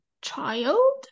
child